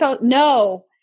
no